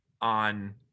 on